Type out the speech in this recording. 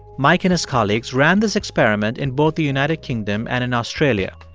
mike and his colleagues ran this experiment in both the united kingdom and in australia.